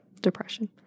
depression